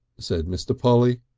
said mr. polly.